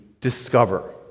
discover